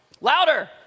Louder